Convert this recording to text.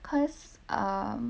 cause um